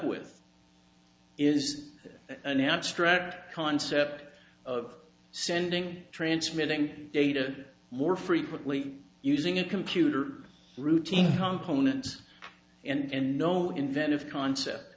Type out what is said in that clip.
with is an abstract concept of sending transmitting data more frequently using a computer routine continent and no inventive concept